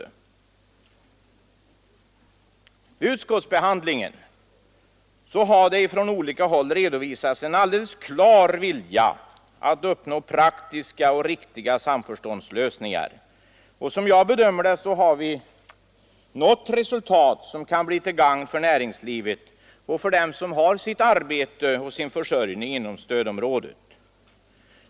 I utskottsbehandlingen har det från olika håll redovisats en helt klar vilja att uppnå praktiska och riktiga samförståndslösningar. Som jag bedömer det har vi nått resultat som kan bli till gagn för näringslivet och för dem som har sitt arbete och sin försörjning inom stödområdet.